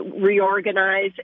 reorganize